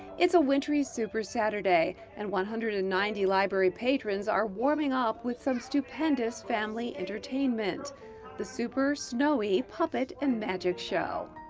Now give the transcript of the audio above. it's a wintry super saturday and one hundred and ninety library patrons are warming up with some stupendous family entertainment the super snowy puppet and magic show.